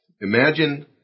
Imagine